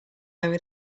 over